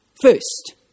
first